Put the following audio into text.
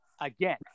again